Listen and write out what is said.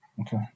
Okay